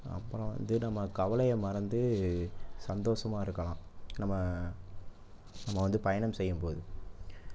அப்பறம் வந்து நம்ம கவலையை மறந்து சந்தோஷமாக இருக்கலாம் நம்ம நம்ம வந்து பயணம் செய்யும் போது